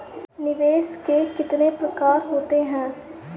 निवेश के कितने प्रकार होते हैं?